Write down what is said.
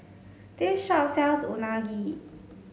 this shop sells Unagi